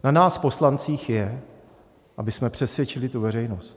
Na nás poslancích je, abychom přesvědčili veřejnost.